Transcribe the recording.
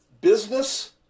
Business